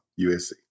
USC